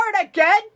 again